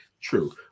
True